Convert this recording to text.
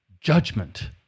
Judgment